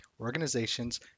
organizations